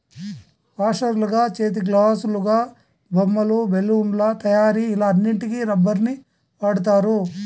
వాషర్లుగా, చేతిగ్లాసులాగా, బొమ్మలు, బెలూన్ల తయారీ ఇలా అన్నిటికి రబ్బరుని వాడుతారు